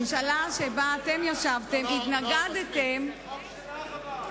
ממשלה שבה אתם ישבתם התנגדה להצעה,